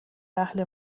اهل